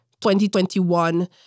2021